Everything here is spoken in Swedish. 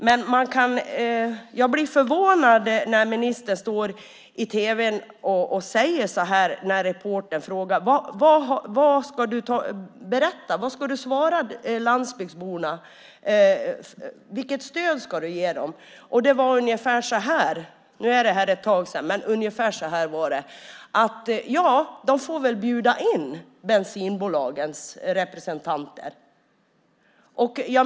Jag blir dock förvånad när ministern på tv-reporterns fråga vad hon ska svara landsbygdsborna, vilket stöd hon ska ge dem, svarar ungefär att ja, de får väl bjuda in bensinbolagens representanter.